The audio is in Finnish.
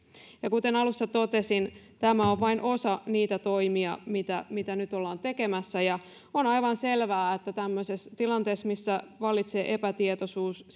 kuten alussa totesin tämä on vain osa niitä toimia mitä mitä nyt ollaan tekemässä on on aivan selvää että tämmöisessä tilanteessa missä vallitsee epätietoisuus